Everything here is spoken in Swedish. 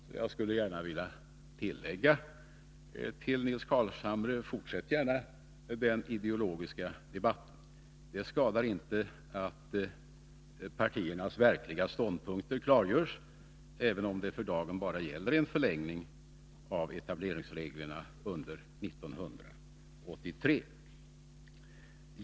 Dessutom skulle jag vilja säga till Nils Carlshamre: Fortsätt gärna den ideologiska debatten. Det skadar inte att partiernas verkliga ståndpunkter klargörs, även om det för dagen bara gäller en förlängning av etableringsreglerna t.o.m. utgången av 1983.